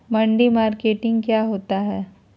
मंडी मार्केटिंग क्या होता है?